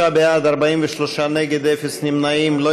33 בעד, 43 נגד, אפס נמנעים.